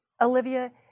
Olivia